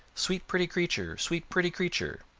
sweet pretty creature! sweet pretty creature!